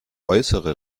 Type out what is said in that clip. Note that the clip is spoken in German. äußere